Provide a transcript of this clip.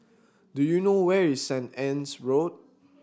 do you know where is Saint Anne's Road